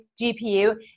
GPU